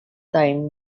time